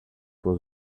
was